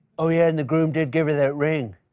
oh, yeah, and the groom did give her that ring.